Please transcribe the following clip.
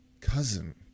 cousin